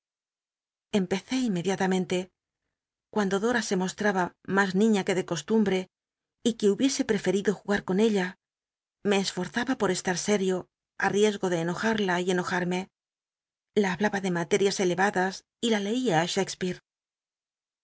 empecé in mediatamente cuando dora se mostraba mas niña c uc de costumbr'c y que hubiese preferido jugar con ella me esforzaba por estar sério i l'icsgo de enojada y cnojarmc la hablaba de materias elevadas y la lcia